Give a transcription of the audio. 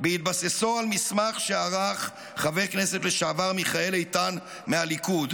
בהתבססו על מסמך שערך חבר הכנסת לשעבר מיכאל איתן מהליכוד,